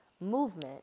movement